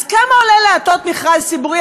אז כמה עולה להטות מכרז ציבורי?